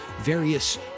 various